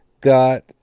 got